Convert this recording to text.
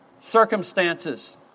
circumstances